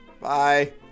bye